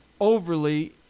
overly